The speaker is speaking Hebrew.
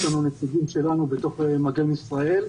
יש לנו נציגים שלנו בתוך מגן ישראל.